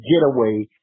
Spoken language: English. getaway